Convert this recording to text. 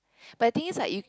but I think it's like you